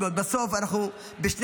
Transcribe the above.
אנחנו מבינים שיש פה אתגר לא פשוט